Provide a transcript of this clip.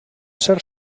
ser